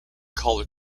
color